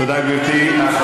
האחריות מוטלת, תודה, גברתי.